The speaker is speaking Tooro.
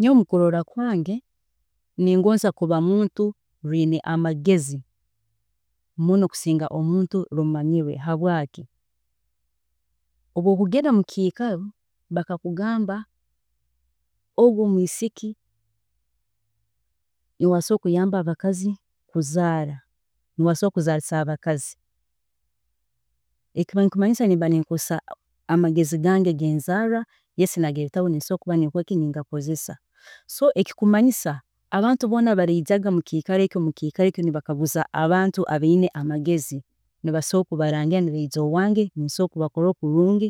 Nyowe mukurola kwange ningonza kuba muntu rwiine amagezi muno kusinga omuntu owu bamanyire habwaki, obu okugenda mukiikaro bakagamba ogu omwiisiki niwe asobola kuyamba abakazi kuzaaza, niwe asobola kuzaaza abakazi, ekikuba nikumanyisa nimba ninkozesa amagezi gange agenzaarwa, yes nagebitabo nago nsobola kuba nago ningakozesa, so ekikumanyisa abantu boona abaraijaga mukikaro ekyo nibakaguza abantu abaine amagezi, nibasobola kubarangira owange kandi nsobola kubakloraho kulungi,